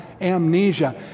amnesia